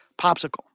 popsicle